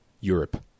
Europe